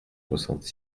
soixante